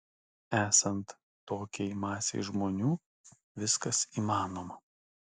esant tokiai masei žmonių viskas įmanoma